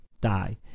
die